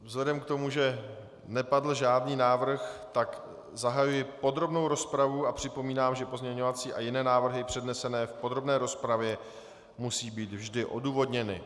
Vzhledem k tomu, že nepadl žádný návrh, zahajuji podrobnou rozpravu a připomínám, že pozměňovací a jiné návrhy přednesené v podrobné rozpravě musí být vždy odůvodněny.